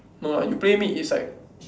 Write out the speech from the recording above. no lah you play mid is like